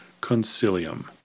Concilium